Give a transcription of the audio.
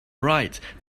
right